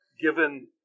given